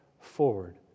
forward